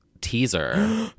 teaser